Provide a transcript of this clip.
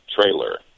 trailer